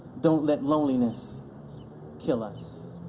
don't let loneliness kill us.